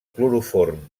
cloroform